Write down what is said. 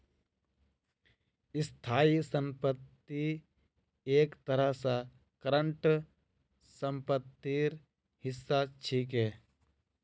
स्थाई संपत्ति एक तरह स करंट सम्पत्तिर हिस्सा छिके